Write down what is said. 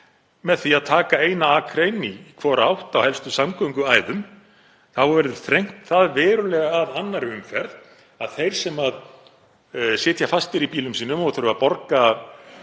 Með því að taka eina akrein í hvora átt á helstu samgönguæðum verður þrengt verulega að annarri umferð þannig að þeir sem sitja fastir í bílum sínum og þurfa að borga